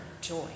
joy